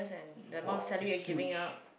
!wah! it's a huge